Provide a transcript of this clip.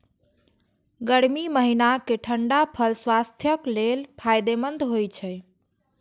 गर्मी महीनाक ठंढा फल स्वास्थ्यक लेल फायदेमंद होइ छै